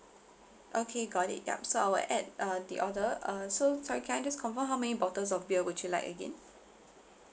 okay got it ya so I will add uh the order uh so sorry can I just confirm how many bottles of beer would you like again